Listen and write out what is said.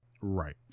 Right